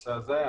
בנושא הזה.